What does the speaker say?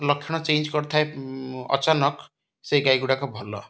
ଲକ୍ଷଣ ଚେଞ୍ଜ କରିଥାଏ ଅଚାନକ ସେଇ ଗାଈ ଗୁଡ଼ାକ ଭଲ